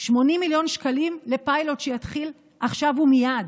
80 מיליון שקלים לפיילוט שיתחיל עכשיו ומייד,